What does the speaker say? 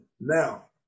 Now